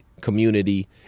community